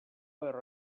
were